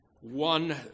One